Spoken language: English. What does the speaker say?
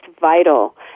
vital